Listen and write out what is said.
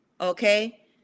okay